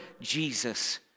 Jesus